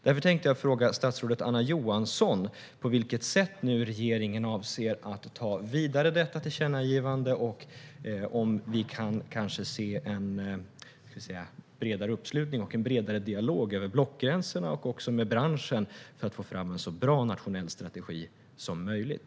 Därför vill jag fråga statsrådet Anna Johansson på vilket sätt regeringen avser att ta detta tillkännagivande vidare, om vi kan se en bredare uppslutning och en bredare dialog över blockgränsen, och också med branschen, för att få fram en så bra nationell strategi som möjligt.